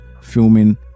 filming